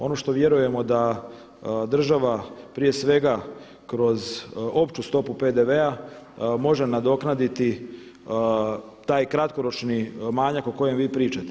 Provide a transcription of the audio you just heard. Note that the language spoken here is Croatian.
Ono što vjerujemo da država prije svega kroz opću stopu PDV-a može nadoknaditi taj kratkoročni manjak o kojem vi pričate.